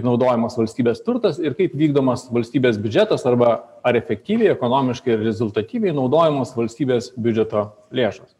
naudojamas valstybės turtas ir kaip vykdomas valstybės biudžetas arba ar efektyviai ekonomiškai ir rezultatyviai naudojamos valstybės biudžeto lėšos